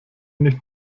nicht